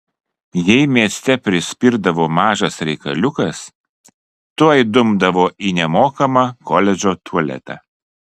jei mieste prispirdavo mažas reikaliukas tuoj dumdavo į nemokamą koledžo tualetą